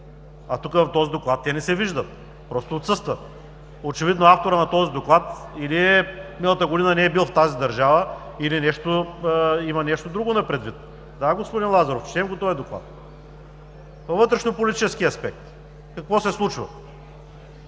Тук, в този доклад, те не се виждат, просто отсъстват. Очевидно авторът на този доклад или миналата година не е бил в тази държава, или има нещо друго предвид. Да, господин Лазаров, четох го този доклад. Във вътрешнополитически аспект – какво се случва?